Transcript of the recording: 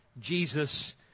Jesus